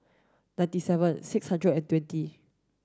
ninety seven six hundred and twenty